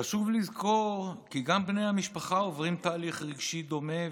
חשוב לזכור כי גם בני המשפחה עוברים תהליך רגשי דומה,